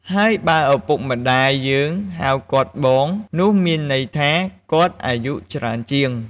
ហើយបើឪពុកម្តាយយើងហៅគាត់ "បង" នោះមានន័យថាគាត់អាយុច្រើនជាង។